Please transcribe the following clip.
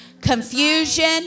Confusion